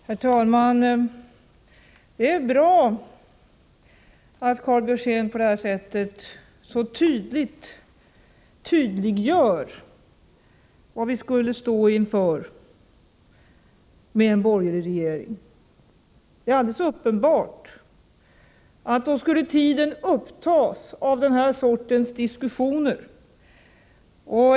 Herr talman! Det är bra att Karl Björzén tydliggör vad vi skulle stå inför med en borgerlig regering. Det är alldeles uppenbart att tiden då skulle tas upp av den här sortens diskussioner.